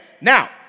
Now